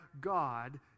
God